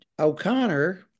O'Connor